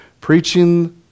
preaching